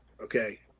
Okay